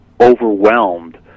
overwhelmed